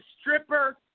stripper